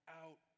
out